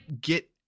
get